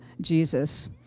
Jesus